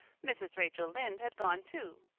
mrs. rachel lynde had gone too.